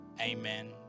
Amen